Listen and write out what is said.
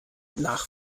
nach